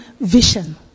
vision